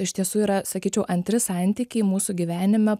iš tiesų yra sakyčiau antri santykiai mūsų gyvenime